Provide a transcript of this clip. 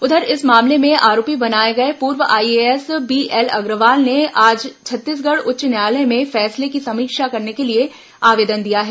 उधर इस मामले में आरोपी बनाए गए पूर्व आईएएस बीएल अग्रवाल ने आज छत्तीसगढ़ उच्च न्यायालय में फैसले की समीक्षा करने के लिए आवेदन दिया है